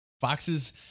Foxes